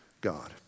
God